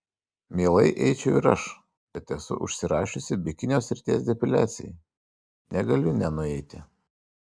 mielai eičiau ir aš bet esu užsirašiusi bikinio srities depiliacijai negaliu nenueiti